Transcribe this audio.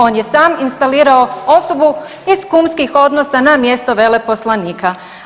On je sam instalirao osobu iz kumskih odnosa na mjesto veleposlanika.